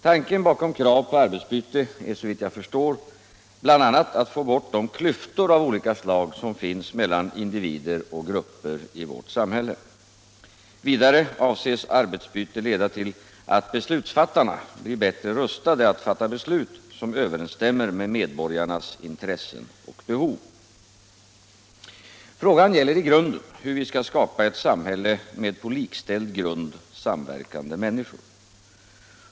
Tanken bakom krav på arbetsbyte är såvitt jag förstår bl.a. att få bort de klyftor av olika slag som finns mellan individer och grupper i vårt samhälle. Vidare avses arbetsbyte leda till att beslutsfattarna blir bättre rustade att fatta beslut, som överensstämmer med medborgarnas intressen och behov. Frågan gäller i grunden hur vi skall skapa ett samhälle med på likställd grund samverkande människor.